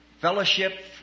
fellowship